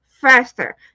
faster